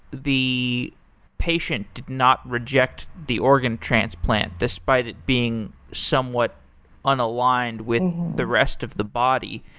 the patient did not reject the organ transplant despite it being somewhat unaligned with the rest of the body.